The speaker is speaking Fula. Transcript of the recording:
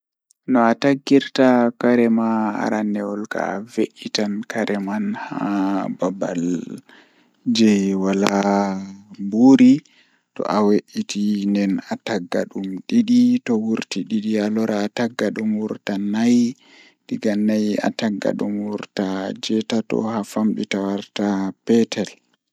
No atakkirta karema arandewol kam a ataggitan kare man ha babal jei wala mburi to awuiti ndei atagga dum didi to a taggi didi alora atagga dum nay atagga dum wurta juwetato haa famdita warta peetel.